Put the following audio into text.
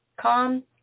calm